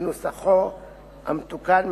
בנוסחו המתוקן,